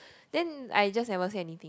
then I just never say anything